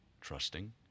trusting